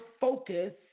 focus